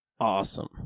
Awesome